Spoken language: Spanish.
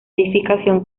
edificación